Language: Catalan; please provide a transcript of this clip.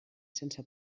sense